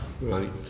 Right